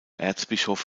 erzbischof